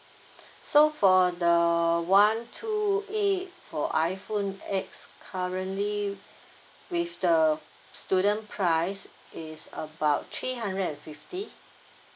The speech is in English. so for the one two eight for iphone X currently with the student price it's about three hundred and fifty